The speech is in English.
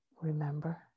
remember